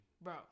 Bro